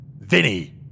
Vinny